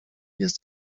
jest